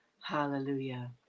hallelujah